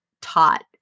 taught